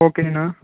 ஓகேங்கண்ணா